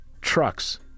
Trucks